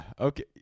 Okay